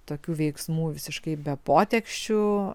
tokių veiksmų visiškai be poteksčių